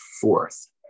fourth